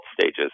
stages